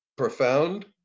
profound